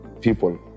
people